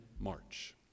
march